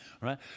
right